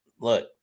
look